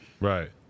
Right